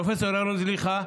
פרופ' ירון זליכה,